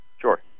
sure